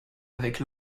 avec